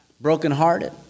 brokenhearted